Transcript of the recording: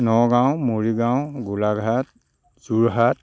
Nagaon Morigaon Golaghat Jorhat